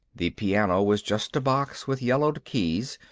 the piano was just a box with yellowed keys.